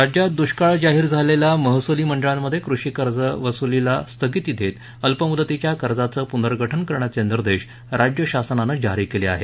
राज्यात दृष्काळ जाहीर झालेल्या महसुली मंडळांमध्ये कृषी कर्जवसुलीला स्थगिती देत अल्पमुदतीच्या कर्जाचं पूर्नगठन करण्याचे निदेश राज्य शासनानं जारी केले आहेत